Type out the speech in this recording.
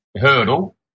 hurdle